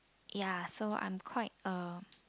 ya so I'm quite a